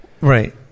Right